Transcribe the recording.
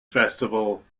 festival